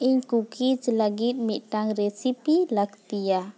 ᱤᱧ ᱠᱩᱠᱤᱡ ᱞᱟᱹᱜᱤᱫ ᱢᱤᱫᱴᱟᱝ ᱨᱮᱥᱤᱯᱤ ᱞᱟᱹᱠᱛᱤᱭᱟ